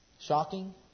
Shocking